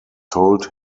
told